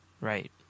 Right